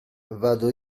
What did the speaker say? vado